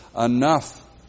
enough